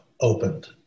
opened